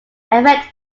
affect